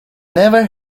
never